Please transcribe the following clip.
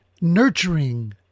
Nurturing